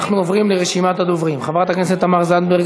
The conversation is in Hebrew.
אנחנו עוברים לרשימת הדוברים: חברת הכנסת תמר זנדברג,